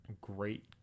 great